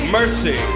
Mercy